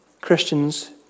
Christians